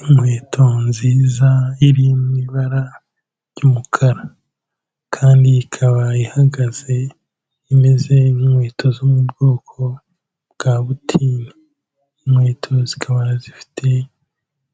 Inkweto nziza iri mu ibara ry'umukara, kandi ikaba ihagaze imeze nk'inkweto zo mu bwoko bwa butini, inkweto zikaba zifite